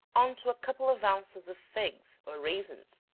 on to a couple of ounces of figs or raisins,